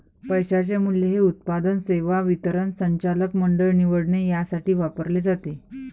पैशाचे मूल्य हे उत्पादन, सेवा वितरण, संचालक मंडळ निवडणे यासाठी वापरले जाते